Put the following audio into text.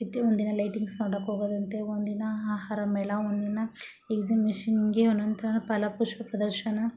ಒಂದಿನ ಲೈಟಿಂಗ್ಸ್ ನೋಡೋಕೆ ಹೋಗೋದಂತೆ ಒಂದಿನ ಆಹಾರ ಮೇಳ ಒಂದಿನ ಎಕ್ಸಿಮಿಷನ್ಗೆ ಒಂದೊಂದು ಥರ ಫಲಪುಷ್ಪ ಪ್ರದರ್ಶನ